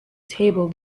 table